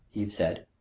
eve said.